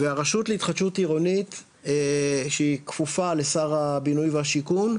והרשות להתחדשות עירונית שהיא כפופה לשר הבינוי והשיכון,